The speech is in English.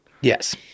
Yes